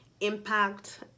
impact